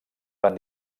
van